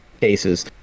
cases